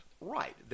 Right